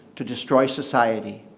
to destroy society.